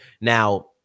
Now